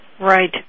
Right